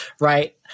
right